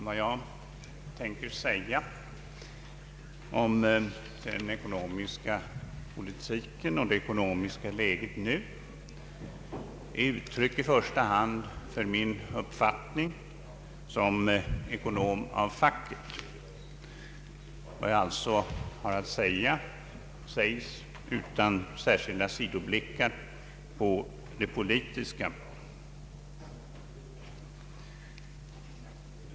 Vad jag tänker säga om den ekonomiska politiken och det nuvarande ekonomiska läget är i första hand uttryck för min uppfattning som ekonom av facket, och jag säger det utan sidoblickar på det politiska.